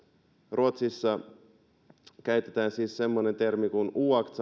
ruotsissa käytetään siis semmoista termiä kuin oaktsam våldtäkt tyyliin